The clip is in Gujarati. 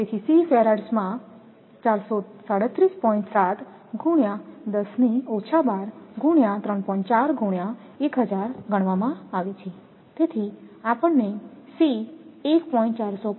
તેથી C ફરાડ્સમાં ગણવામાં આવે છે તેથી C 1